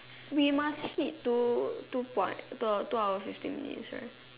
we must hit to two point two two hour two hour fifteen minutes right